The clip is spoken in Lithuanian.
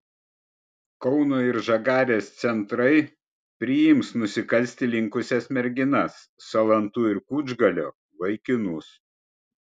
kauno ir žagarės centrai priims nusikalsti linkusias merginas salantų ir kučgalio vaikinus